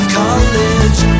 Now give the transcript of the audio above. college